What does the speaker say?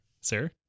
sir